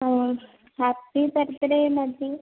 happy birthday मध्ये